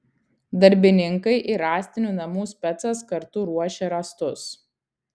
darbininkai ir rąstinių namų specas kartu ruošė rąstus